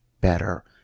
better